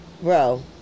bro